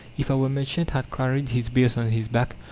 if our merchant had carried his bales on his back,